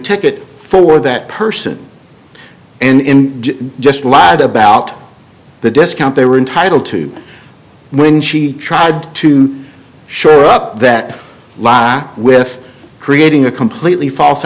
ticket for that person in just lied about the discount they were entitled to when she tried to show up that law with creating a completely false